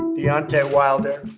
deontay wilder.